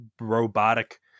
robotic